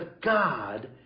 God